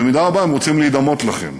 במידה רבה הם רוצים להידמות לכם,